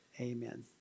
Amen